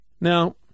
now